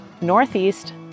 Northeast